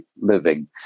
living